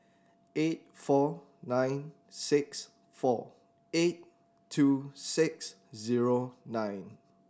eight four nine six four eight two six zero nine